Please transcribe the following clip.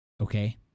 Okay